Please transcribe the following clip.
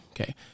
okay